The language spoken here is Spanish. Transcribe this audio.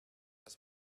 las